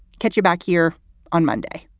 catch you back here on monday